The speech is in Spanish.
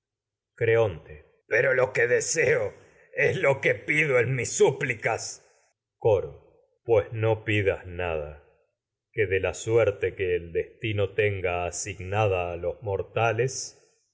cuidarse creonte pero lo que deseo es lo que pido en mis súplicas coro destino pues no pidas nada a que de la suerte que el no tenga asignada los mox tales